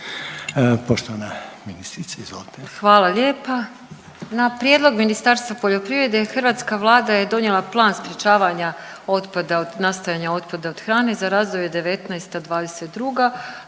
Poštovana ministrice izvolite.